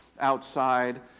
outside